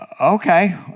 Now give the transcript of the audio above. okay